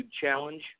Challenge